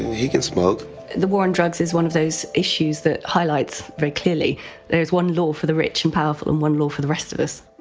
he can smoke the war on drugs is one of those issues that highlights clearly that there is one law for the rich and powerful and one law for the rest of us.